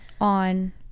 on